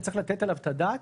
וצריך לתת עליו את הדעת,